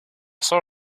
saw